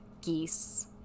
geese